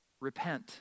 repent